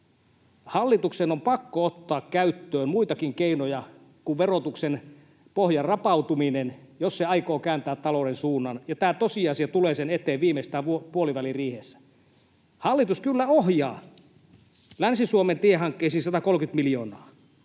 Hallituksen on pakko ottaa käyttöön muitakin keinoja kuin verotuksen pohjan rapauttaminen, jos se aikoo kääntää talouden suunnan. Ja tämä tosiasia tulee sen eteen viimeistään puoliväliriihessä. Hallitus kyllä ohjaa Länsi-Suomen tiehankkeisiin 130 miljoonaa,